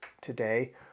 today